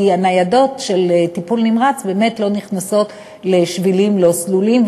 כי הניידות של טיפול נמרץ לא נכנסות לשבילים לא סלולים,